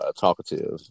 talkative